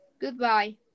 Goodbye